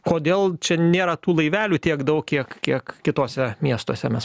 kodėl čia nėra tų laivelių tiek daug kiek kiek kituose miestuose mes